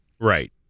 Right